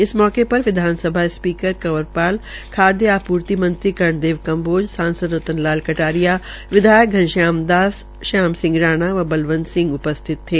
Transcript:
इस मौके पर विधानसभा स्पीकर कंवरपाल खाद्य आपूर्ति मंत्री कर्ण देव कम्बोज सांसद रतन लाल कटारिया विधानसभा घनश्याम दास श्याम सिंह राणा व बलवंत सिंह उपस्थित थे